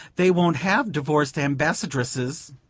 they won't have divorced ambassadresses.